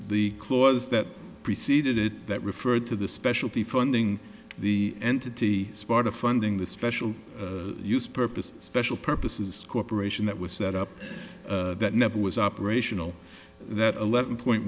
the clause that preceded it that referred to the specialty funding the entity sparta funding the special purpose special purposes corporation that was set up that never was operational that eleven point